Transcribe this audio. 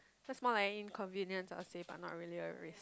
that's more like inconvenience I'll say but not really a risk